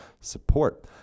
support